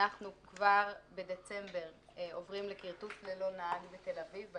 אנחנו כבר בדצמבר עוברים לכרטוס ללא נהג בתל-אביב,